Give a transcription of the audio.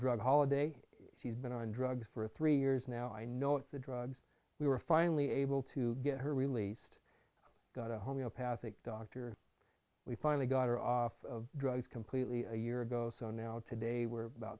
drug holiday she's been on drugs for three years now i know it's the drugs we were finally able to get her released got a homeopathic doctor we finally got her off drugs completely a year ago so now today we're about